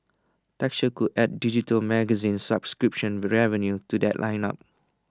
texture could add digital magazine subscription revenue to that lineup